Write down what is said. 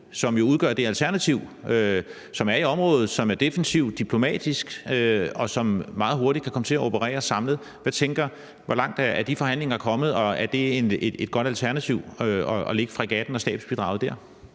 som jo udgør det alternativ, som er i området, og som er defensivt og diplomatisk, og som meget hurtigt kan komme til at operere samlet. Hvor langt er de forhandlinger kommet, og er det et godt alternativ at lægge fregatten og stabsbidraget dér?